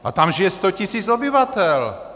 A tam žije sto tisíc obyvatel!